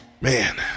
man